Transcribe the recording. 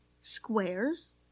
squares